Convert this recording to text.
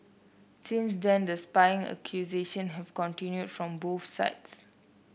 since then the spying accusation have continued from both sides